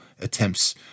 attempts